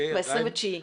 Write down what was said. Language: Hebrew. ב-29.